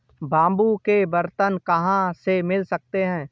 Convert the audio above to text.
Bamboo के बर्तन कहाँ से मिल सकते हैं?